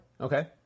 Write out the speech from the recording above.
Okay